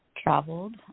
Traveled